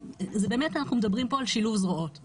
באמת אנחנו מדברים פה על שילוב זרועות.